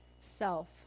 self